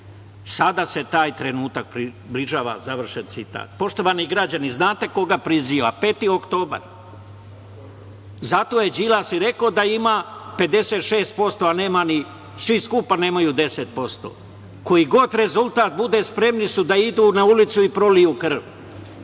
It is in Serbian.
sada se taj trenutak približava.“, završen citat. Poštovani građani, znate koga priziva? Peti oktobar. Zato je Đilas i rekao da ima 56%, a ni svi skupa nemaju 10%. Koji god rezultat bude spremni su da idu na ulicu i proliju krv